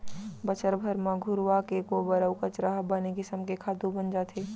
बछर भर म घुरूवा के गोबर अउ कचरा ह बने किसम के खातू बन जाथे